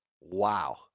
Wow